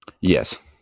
Yes